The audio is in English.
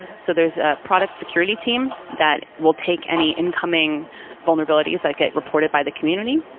so there's a product security team that will take any incoming vulnerabilities that get reported by the community.